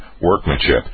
workmanship